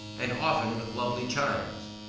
and often with lovely chimes.